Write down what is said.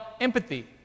empathy